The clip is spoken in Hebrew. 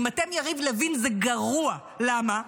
אם אתם יריב לוין, זה גרוע, למה?